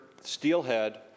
steelhead